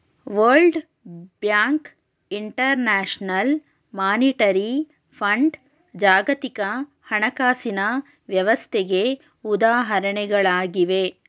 world bank, international monetary fund ಜಾಗತಿಕ ಹಣಕಾಸಿನ ವ್ಯವಸ್ಥೆಗೆ ಉದಾಹರಣೆಗಳಾಗಿವೆ